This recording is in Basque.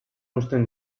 uzten